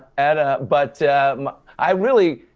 and but i really,